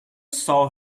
saw